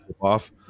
off